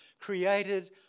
created